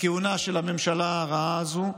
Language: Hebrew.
הכהונה של הממשלה הרעה הזו.